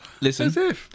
Listen